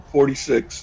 Forty-six